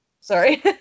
Sorry